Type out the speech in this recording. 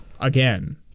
again